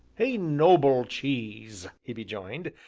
a noble cheese! he rejoined,